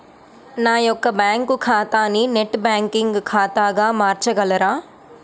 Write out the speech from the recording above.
నా యొక్క బ్యాంకు ఖాతాని నెట్ బ్యాంకింగ్ ఖాతాగా మార్చగలరా?